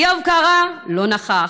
איוב קרא לא נכח,